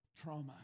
trauma